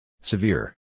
Severe